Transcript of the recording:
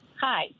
Hi